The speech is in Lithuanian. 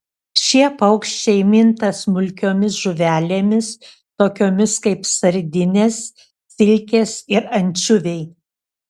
šie paukščiai minta smulkiomis žuvelėmis tokiomis kaip sardinės silkės ir ančiuviai